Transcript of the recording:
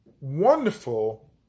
wonderful